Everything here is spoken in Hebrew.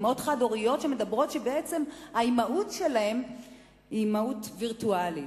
אמהות חד-הוריות שאומרות שבעצם האימהות שלהן היא אימהות וירטואלית.